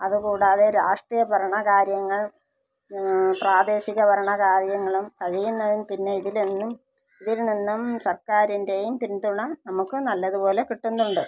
അതുകൂടാതെ രാഷ്ട്രീയ ഭരണകാര്യങ്ങൾ പ്രാദേശിക ഭരണകാര്യങ്ങളും കഴിയുന്നതും പിന്നെ ഇതിൽ നിന്നും ഇതിൽ നിന്നും സർക്കാരിൻ്റെയും പിന്തുണ നമുക്ക് നല്ലതുപോലെ കിട്ടുന്നുണ്ട്